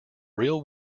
real